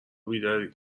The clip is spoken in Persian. بیداری